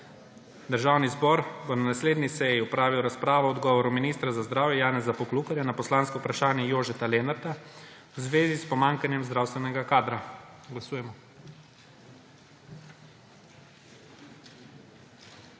Državni zbor bo na naslednji seji opravil razpravo o odgovoru ministra za zdravje Janeza Poklukarja na poslansko vprašanje Jožeta Lenarta v zvezi s pomanjkanjem zdravstvenega kadra. Glasujemo.